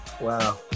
Wow